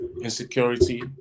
insecurity